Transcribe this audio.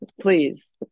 please